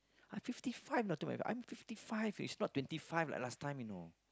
I fifty five you know I tell you I'm fifty five is not twenty five like last time you know